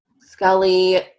Scully